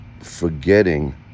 forgetting